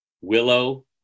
willow